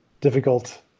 difficult